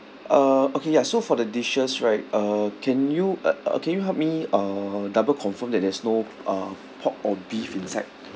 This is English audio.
uh okay ya so for the dishes right uh can you uh uh can you help me uh double confirm that there's no uh pork or beef inside